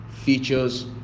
features